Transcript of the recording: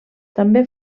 també